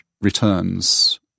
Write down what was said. returns